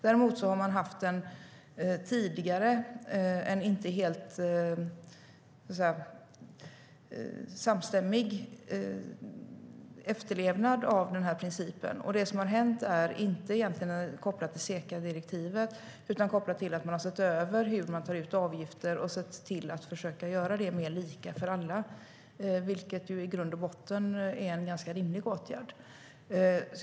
Däremot har man tidigare haft en inte helt samstämmig efterlevnad av den här principen, och det som har hänt är egentligen inte kopplat till Secadirektivet utan till att man har sett över hur man tar ut avgifter och sett till att försöka göra det mer lika för alla. Det är ju i grund och botten en ganska rimlig åtgärd.